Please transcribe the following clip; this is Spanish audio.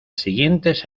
siguientes